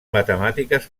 matemàtiques